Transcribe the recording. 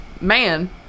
man